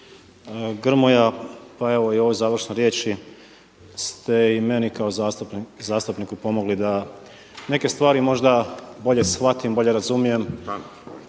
Grmoja, pa evo i u ovoj završnoj riječi ste i meni kao zastupniku pomogli da neke stvari možda bolje shvatim, bolje razumijem.